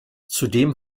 zudem